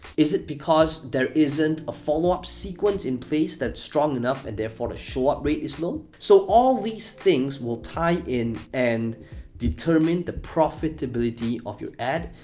is it because there isn't a follow-up sequence in place that's strong enough, and therefore the show-up rate is low? so, all these things will tie in and determine the profitability of your ad,